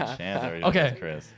okay